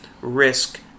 risk